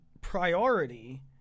priority